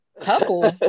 Couple